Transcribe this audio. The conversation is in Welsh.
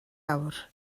awr